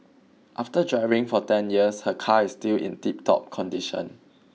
after driving for ten years her car is still in tiptop condition